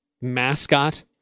mascot